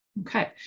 okay